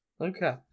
Okay